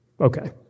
Okay